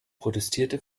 protestierte